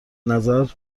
نظر